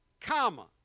comma